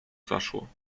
zaszło